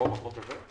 פה, בחוק הזה?